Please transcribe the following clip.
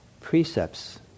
precepts